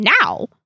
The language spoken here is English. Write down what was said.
now